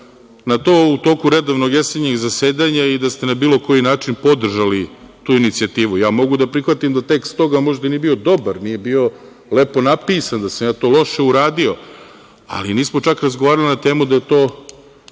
na to u toku redovnog jesenjeg zasedanja i da ste na bilo koji način podržali tu inicijativu. Mogu da prihvatim da tekst toga možda i nije bio dobar, nije bio lepo napisan, da sam ja to loše uradio, ali nismo čak razgovarali na temu da to